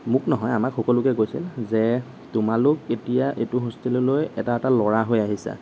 মোক নহয় আমাক সকলোকে কৈছিল যে তোমালোক এতিয়া এইটো হোষ্টেললৈ এটা ল'ৰা হৈ আহিছা